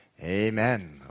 Amen